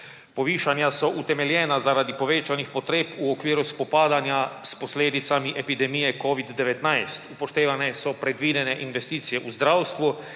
Povišanja so utemeljena zaradi povečanih potreb v okviru spopadanja s posledicami epidemije covida-19, upoštevani so predvidene investicije v zdravstvu,